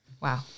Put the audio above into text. wow